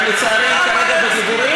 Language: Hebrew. למה, רק לצערי, כרגע בדיבורים.